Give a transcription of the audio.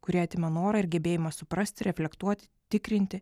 kuri atima norą ir gebėjimą suprasti reflektuoti tikrinti